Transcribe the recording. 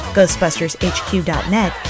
GhostbustersHQ.net